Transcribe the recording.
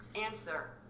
Answer